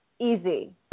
easy